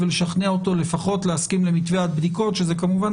לשכנע אותו לפחות להסכים למתווה הבדיקות שזה כמובן